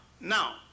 Now